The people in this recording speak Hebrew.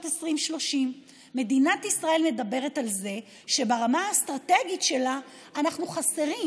2030". מדינת ישראל מדברת על זה שברמה האסטרטגית שלה אנחנו חסרים,